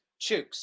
Chooks